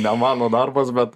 ne mano darbas bet